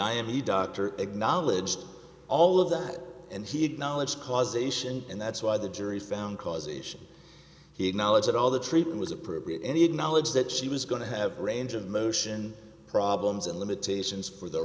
i am he doctor acknowledged all of that and he acknowledged causation and that's why the jury found causation he acknowledged that all the treatment was appropriate indeed knowledge that she was going to have a range of motion problems and limitations for the